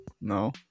No